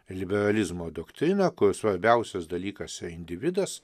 liberalizmo doktriną kur svarbiausias dalykas yra individas